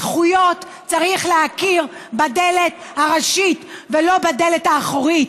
בזכויות צריך להכיר בדלת הראשית ולא בדלת האחורית,